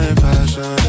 fashion